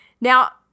Now